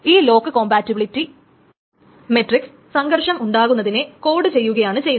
ഈ lock compatibility matrix സംഘർഷം ഉണ്ടാകുന്നതിനെ കോട് ചെയ്യുകയാണ് ചെയ്യുക